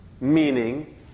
meaning